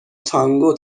تانگو